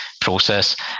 process